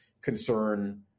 concern